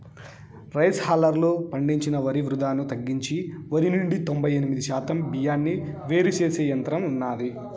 rice హల్లర్లు పండించిన వరి వృధాను తగ్గించి వరి నుండి తొంబై ఎనిమిది శాతం బియ్యాన్ని వేరు చేసే యంత్రం ఉన్నాది